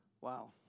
wow